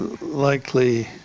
likely